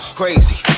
crazy